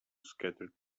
scattered